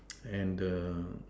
and the